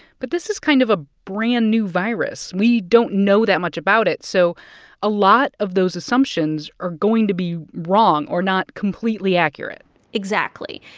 but this is kind of a brand-new virus. we don't know that much about it. so a lot of those assumptions are going to be wrong or not completely accurate exactly.